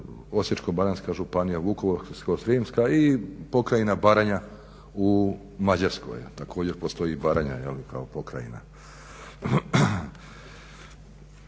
Osječko-baranjska županija, Vukovarsko-srijemska i pokrajina Baranja u Mađarskoj. Također postoji Baranja kao pokrajina.